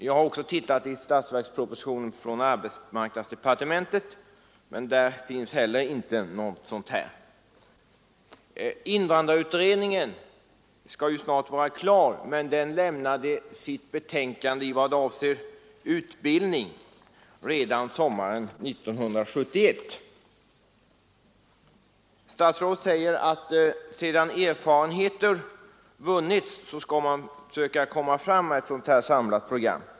Jag har också studerat den bilaga till statsverkspropositionen som avser arbetsmarknadsdepartementet, men inte heller där redovisas något sådant program. Invandrarutredningen, som snart skall vara klar med sitt arbete, lämnade redan sommaren 1971 sitt utbildningsbetänkande. Statsrådet säger att man sedan erfarenheter vunnits skall försöka lägga fram ett samlat program.